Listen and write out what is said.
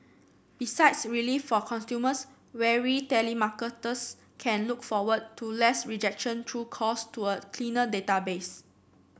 besides relief for consumers weary telemarketers can look forward to less rejection through calls to a cleaner database